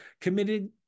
committed